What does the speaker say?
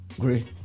Great